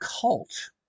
cult